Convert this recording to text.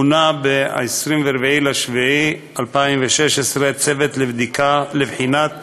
מונה ב-24 ביולי 2016 צוות לבחינת